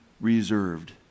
reserved